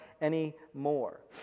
anymore